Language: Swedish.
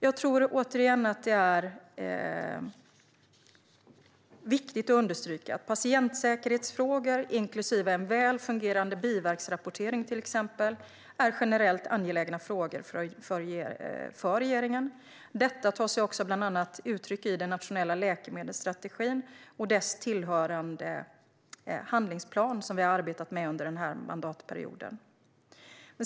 Jag tror återigen att det är viktigt att understryka att patientsäkerhetsfrågor, inklusive till exempel en väl fungerande biverkningsrapportering, är generellt angelägna frågor för regeringen. Detta tar sig också uttryck i bland annat den nationella läkemedelsstrategin och dess tillhörande handlingsplan som vi har arbetat med under denna mandatperiod.